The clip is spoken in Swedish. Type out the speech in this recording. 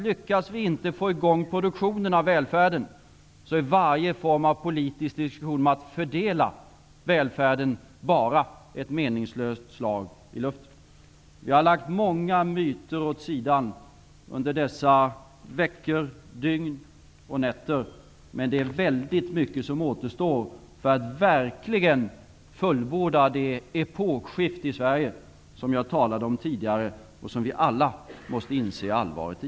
Lyckas vi inte få i gång produktionen av välfärden är varje politisk diskussion om att fördela välfärden bara ett meningslöst slag i luften. Vi har lagt många myter åt sidan under dessa veckor, dygn och nätter. Men det är mycket som återstår för att verkligen fullborda det epokskifte i Sverige som jag talade om tidigare och som vi alla måste inse allvaret i.